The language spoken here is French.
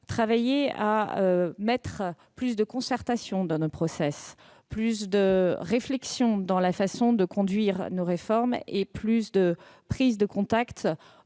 travaillé à mettre plus de concertation dans nos, plus de réflexion dans la façon de conduire nos réformes et à mieux prendre en